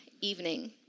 evening